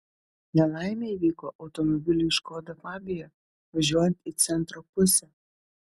nelaimė įvyko automobiliui škoda fabia važiuojant į centro pusę